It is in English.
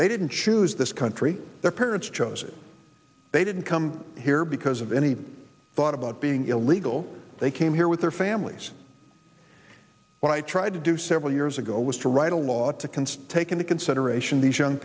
they didn't choose this country their parents chose it they didn't come here because of any thought about being illegal they came here with their families what i tried to do several years ago was to write a lot to consider taking to consideration these young